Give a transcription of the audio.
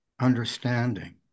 understanding